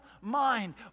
mind